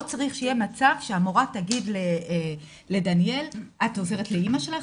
לא צריך שיהיה מצב שהמורה תגיד לדניאל את עוזרת לאימא שלך,